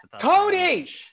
Cody